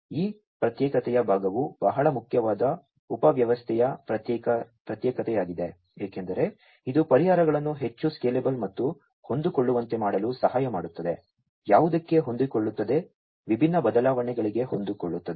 ಆದ್ದರಿಂದ ಈ ಪ್ರತ್ಯೇಕತೆಯ ಭಾಗವು ಬಹಳ ಮುಖ್ಯವಾದ ಉಪವ್ಯವಸ್ಥೆಯ ಪ್ರತ್ಯೇಕತೆಯಾಗಿದೆ ಏಕೆಂದರೆ ಇದು ಪರಿಹಾರಗಳನ್ನು ಹೆಚ್ಚು ಸ್ಕೇಲೆಬಲ್ ಮತ್ತು ಹೊಂದಿಕೊಳ್ಳುವಂತೆ ಮಾಡಲು ಸಹಾಯ ಮಾಡುತ್ತದೆ ಯಾವುದಕ್ಕೆ ಹೊಂದಿಕೊಳ್ಳುತ್ತದೆ ವಿಭಿನ್ನ ಬದಲಾವಣೆಗಳಿಗೆ ಹೊಂದಿಕೊಳ್ಳುತ್ತದೆ